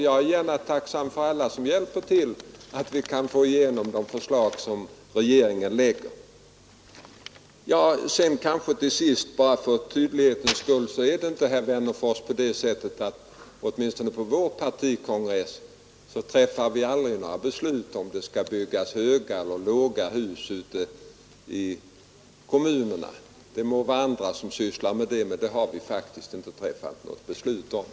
Jag är tacksam för alla som hjälper till så att vi kan få igenom de förslag som regeringen framlägger Bara för tydlighetens skull skall jag kanske till sist säga till herr Wennerfors att det inte är på det sättet åtminstone inte på vår partikongress att vi fattar beslut om huruvida det skall byggas höga eller låga hus ute i kommunerna. Det må vara andra partier som sysslar med det; vi har faktiskt inte fattat något sådant beslut